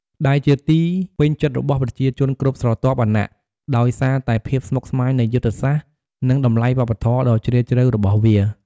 ដែលជាទីពេញចិត្តរបស់ប្រជាជនគ្រប់ស្រទាប់វណ្ណៈ ដោយសារតែភាពស្មុគស្មាញនៃយុទ្ធសាស្ត្រ និងតម្លៃវប្បធម៌ដ៏ជ្រាលជ្រៅរបស់វា។